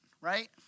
right